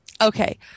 Okay